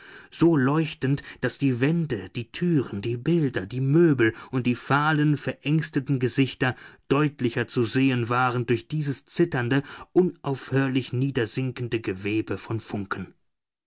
so leuchtend daß die wände die türen die bilder die möbel und die fahlen verängsteten gesichter deutlicher zu sehen waren durch dieses zitternde unaufhörlich niedersinkende gewebe von funken